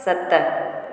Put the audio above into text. सत